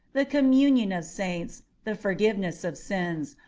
the communion of saints, the forgiveness of sins,